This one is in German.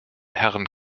herrn